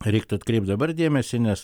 reiktų atkreipt dabar dėmesį nes